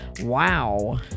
Wow